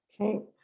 okay